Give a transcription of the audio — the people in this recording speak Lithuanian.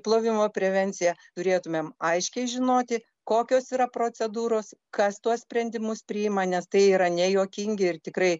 plovimo prevenciją turėtumėm aiškiai žinoti kokios yra procedūros kas tuos sprendimus priima nes tai yra nejuokingi ir tikrai